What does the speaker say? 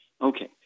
Okay